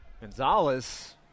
Gonzalez